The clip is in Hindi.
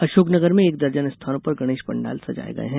अशोकनगर में एक दर्जन स्थानों पर गणेश पंडाल सजाये गये हैं